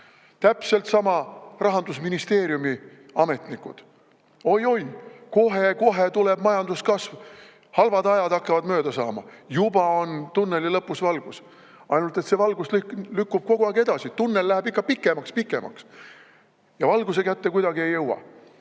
Täpselt sama räägivad Rahandusministeeriumi ametnikud. Oi-oi, kohe-kohe tuleb majanduskasv, halvad ajad hakkavad mööda saama, juba on tunneli lõpus valgus. Ainult et see valgus lükkub kogu aeg edasi, tunnel läheb ikka pikemaks ja pikemaks, ja valguse kätte me kuidagi ei